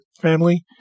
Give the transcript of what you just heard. family